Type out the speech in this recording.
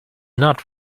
not